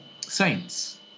saints